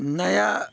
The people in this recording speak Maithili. नया